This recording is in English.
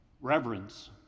reverence